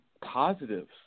positives